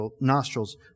nostrils